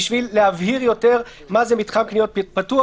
בשביל להבהיר יותר מה זה מתחם קניות פתוח,